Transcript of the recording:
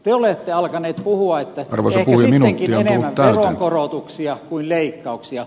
te olette alkaneet puhua että ehkä sittenkin enemmän veronkoro tuksia kuin leikkauksia